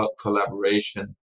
collaboration